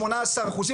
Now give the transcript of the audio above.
שמונה עשר אחוזים.